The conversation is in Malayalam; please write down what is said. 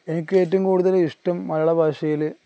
എനിക്ക് ഏറ്റവും കൂടുതല് ഇഷ്ടം മലയാള ഭാഷയില്